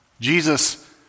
Jesus